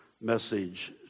message